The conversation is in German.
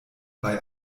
bei